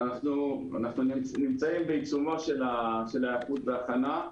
אנחנו בעיצומה של ההיערכות וההכנה.